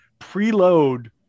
preload